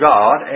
God